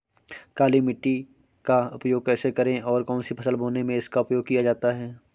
काली मिट्टी का उपयोग कैसे करें और कौन सी फसल बोने में इसका उपयोग किया जाता है?